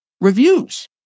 reviews